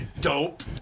dope